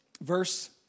verse